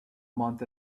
month